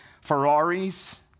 Ferraris